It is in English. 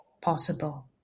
possible